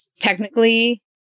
technically